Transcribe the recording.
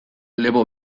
lepo